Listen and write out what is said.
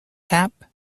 tap